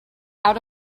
out